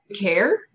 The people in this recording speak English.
care